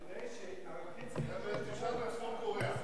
תסתכל בצפון-קוריאה,